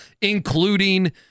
including